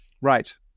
Right